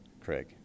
Craig